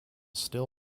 still